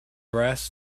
brass